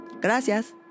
Gracias